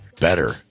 better